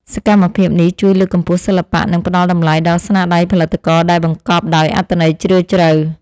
សកម្មភាពនេះជួយលើកកម្ពស់សិល្បៈ និងផ្ដល់តម្លៃដល់ស្នាដៃផលិតករដែលបង្កប់ដោយអត្ថន័យជ្រាលជ្រៅ។